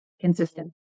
consistent